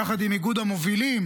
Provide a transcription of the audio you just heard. יחד עם איגוד המובילים.